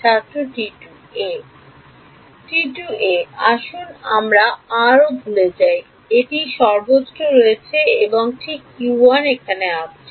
ছাত্র T 2 a আসুন আমরা আর ভুলে যাই এটি সর্বত্র রয়েছে এবং ঠিক এখানে এসেছে